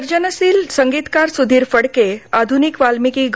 सर्जनशील संगीतकार सुधीर फडके आधुनिक वाल्मिकी ग